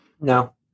No